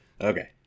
Okay